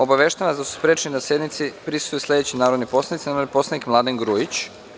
Obaveštavam vas da su sprečeni da sednici prisustvuju sledeći narodni poslanici: narodni poslanik Mladen Grujić.